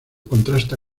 contrasta